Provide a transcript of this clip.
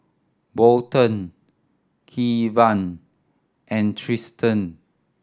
Burton Kevan and Triston